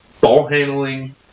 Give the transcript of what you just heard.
ball-handling